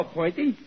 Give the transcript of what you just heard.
Pointy